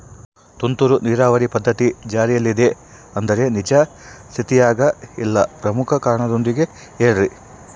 ತುಂತುರು ನೇರಾವರಿ ಪದ್ಧತಿ ಜಾರಿಯಲ್ಲಿದೆ ಆದರೆ ನಿಜ ಸ್ಥಿತಿಯಾಗ ಇಲ್ಲ ಪ್ರಮುಖ ಕಾರಣದೊಂದಿಗೆ ಹೇಳ್ರಿ?